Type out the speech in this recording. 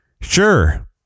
Sure